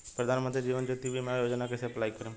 प्रधानमंत्री जीवन ज्योति बीमा योजना कैसे अप्लाई करेम?